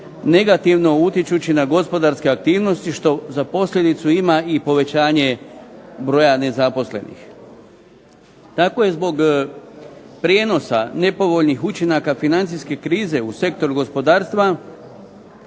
negativno utječući na gospodarske aktivnosti što za posljedicu ima i povećanje broja nezaposlenih. Tako je zbog prijenosa nepovoljnih učinaka financijske krize u sektoru gospodarstva